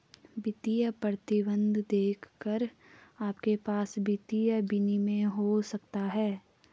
वित्तीय प्रतिबंध देखकर आपके पास वित्तीय विनियमन हो सकता है